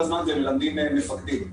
ומלמדים מפקדים.